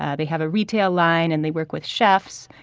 ah they have a retail line. and they work with chefs.